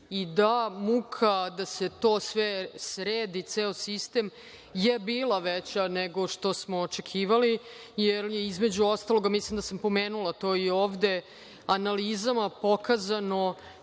Muka da se sredi ceo sistem je bila veća nego što smo očekivali jer je, između ostalog, mislim da sam pomenula to i ovde, analizama pokazano